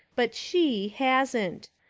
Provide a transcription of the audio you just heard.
but she hasn't.